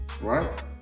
right